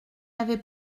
avait